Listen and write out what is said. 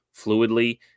fluidly